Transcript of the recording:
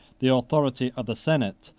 the authority of the senate,